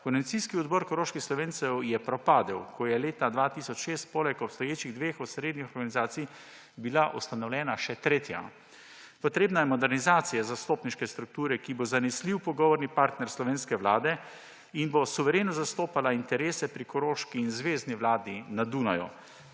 Koordinacijski odbor koroških Slovencev je propadel, ko je leta 2006 poleg obstoječih dveh osrednjih organizacij bila ustanovljena še tretja. Potrebna je modernizacija zastopniške strukture, ki bo zanesljiv pogovorni partner slovenske vlade in bo suvereno zastopala interese pri koroški in zvezni vladi na Dunaju.